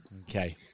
Okay